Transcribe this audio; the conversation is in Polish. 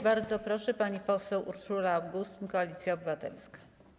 Bardzo proszę, pani poseł Urszula Augustyn, Koalicja Obywatelska.